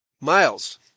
Miles